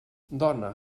dona